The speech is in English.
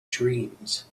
dreams